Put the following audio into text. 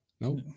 Nope